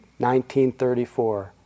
1934